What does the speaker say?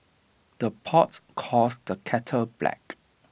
the pot calls the kettle black